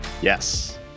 yes